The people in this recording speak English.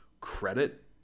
credit